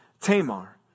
Tamar